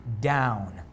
down